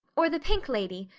or the pink lady,